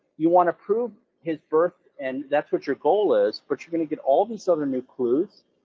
you want to prove his birth, and that's what your goal is, but you're going to get all these other new clues,